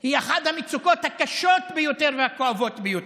היא אחת המצוקות הקשות ביותר והכואבות ביותר.